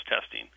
testing